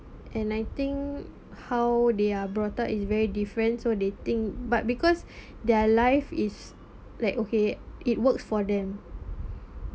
and I think how they are brought up is very different so they think but because their life is like okay it works for them